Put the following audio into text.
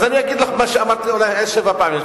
אז אני אגיד לך מה שאמרתי אולי שבע פעמים.